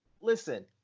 Listen